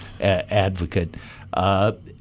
advocate